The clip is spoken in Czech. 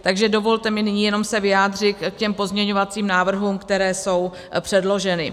Takže dovolte mi nyní jenom se vyjádřit k těm pozměňovacím návrhům, které jsou předloženy.